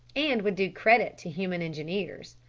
and would do credit to human engineers.